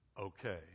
okay